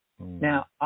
Now